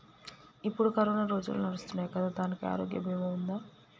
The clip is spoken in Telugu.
ఇప్పుడు కరోనా రోజులు నడుస్తున్నాయి కదా, దానికి ఆరోగ్య బీమా ఉందా?